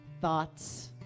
thoughts